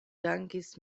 dankis